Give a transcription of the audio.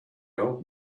old